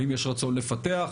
האם יש רצון לפתח,